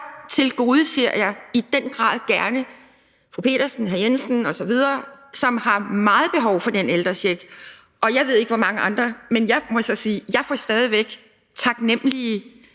Der tilgodeser jeg i den grad gerne fru Petersen, hr. Jensen osv., som har meget behov for den ældrecheck. Jeg ved ikke, hvor mange andre det sker for, men jeg må sige, at jeg